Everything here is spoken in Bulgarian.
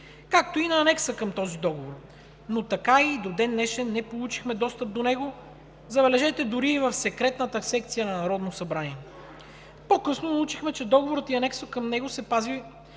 както и на анекса към този договор. Но така и до ден-днешен не получихме достъп до него, забележете, дори и в Секретната секция на Народното събрание. По-късно научихме, че договорът и анексът към него се пазят